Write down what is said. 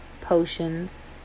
potions